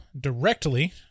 directly